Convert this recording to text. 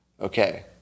Okay